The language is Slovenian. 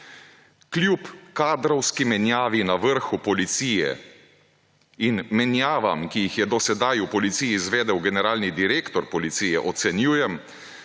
»Kljub kadrovski menjavi na vrhu policije in menjavam, ki jih je do sedaj v policiji izvedel generalni direktor policije, ocenjujem,